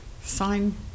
sign